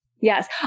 Yes